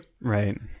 Right